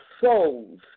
souls